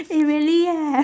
eh really eh